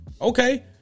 Okay